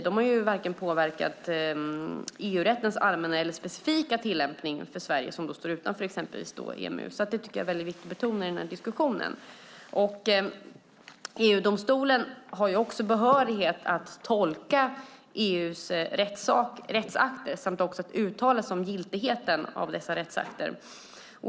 De har dock varken påverkat EU-rättens allmänna eller specifika tillämpning på Sverige, som ju står utanför EMU. Detta är viktigt att betona i diskussionen. EU-domstolen har också behörighet att tolka EU:s rättsakter och att uttala sig om giltigheten hos dessa rättsakter.